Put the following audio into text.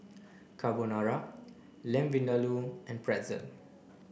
Carbonara Lamb Vindaloo and Pretzel